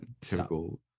typical